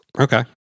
okay